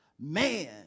man